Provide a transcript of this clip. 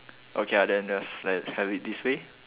okay lah then just let's have it this way